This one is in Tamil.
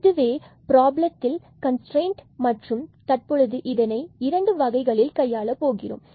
இதுவே பிராப்ளம் கன்ஸ்ட்ரைன்ட் மற்றும் தற்பொழுது இதை இரண்டு வகைகளில் கையாளப் போகிறோம்